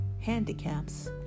handicaps